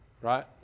right